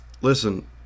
listen